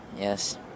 yes